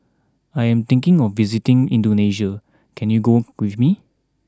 I am thinking of visiting Indonesia can you go with me